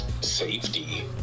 safety